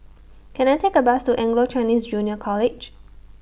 Can I Take A Bus to Anglo Chinese Junior College